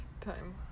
time